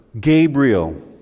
Gabriel